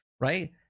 right